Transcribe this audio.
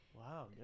Wow